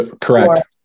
correct